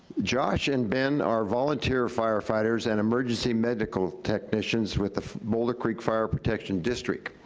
josh and ben are volunteer firefighters, and emergency medical technicians with the boulder creek fire protection district.